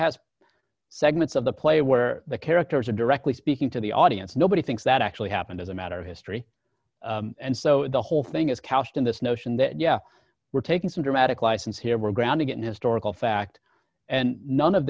has segments of the play where the characters are directly speaking to the audience nobody thinks that actually happened as a matter of history and so the whole thing is couched in this notion that yeah we're taking some dramatic license here we're grounding in historical fact and none of